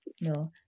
No